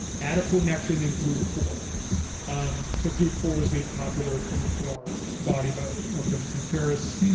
adiponectin and glut four. um so glut four was made popular from the four hour body by our friend tim ferris.